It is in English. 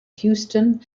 houston